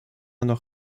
immer